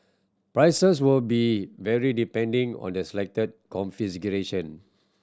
prices will be vary depending on the selected configuration